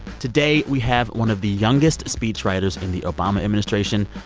today, we have one of the youngest speechwriters in the obama administration,